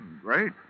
Great